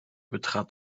betrat